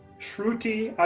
shruti